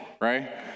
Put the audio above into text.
right